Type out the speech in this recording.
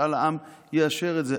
ומשאל עם יאשר את זה.